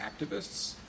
activists